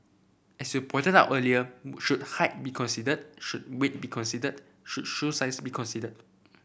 as you pointed out earlier should height be considered should weight be considered should shoe size be considered